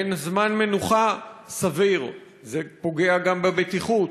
אין זמן מנוחה סביר, זה פוגע גם בבטיחות,